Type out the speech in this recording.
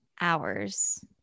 Hours